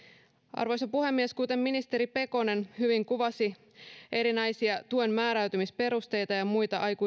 arvoisa puhemies ministeri pekonen hyvin kuvasi erinäisiä tuen määräytymisperusteita ja ja muita